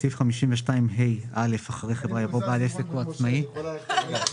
מזכיר לכם שהצבענו כבר על ההסתייגויות,